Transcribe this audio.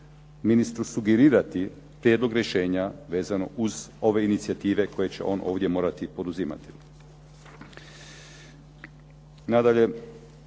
ministru sugerirati prijedlog rješenja vezano uz ove inicijative koje će on ovdje morati poduzimati. Nadalje,